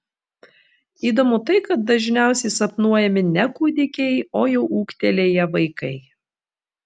įdomu tai kad dažniausiai sapnuojami ne kūdikiai o jau ūgtelėję vaikai